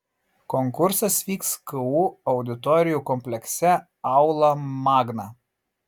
konkursas vyks ku auditorijų komplekse aula magna